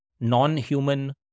non-human